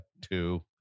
two